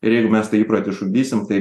ir jeigu mes tą įprotį žudysim tai